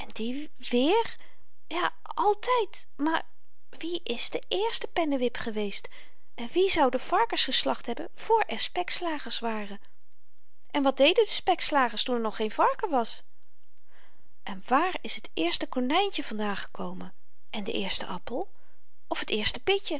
die weer ja altyd maar wie is de eerste pennewip geweest en wie zou de varkens geslacht hebben vr er spekslagers waren en wat deden de spekslagers toen er nog geen varken was en waar is t eerste konyntje van daan gekomen en de eerste appel of t eerste pitje